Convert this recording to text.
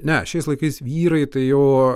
ne šiais laikais vyrai tai jau